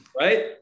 right